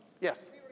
Yes